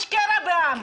יש קרע בעם.